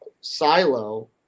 silo